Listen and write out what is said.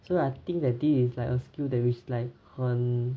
so I think that this is like a skill that which like 很